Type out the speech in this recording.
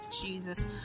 Jesus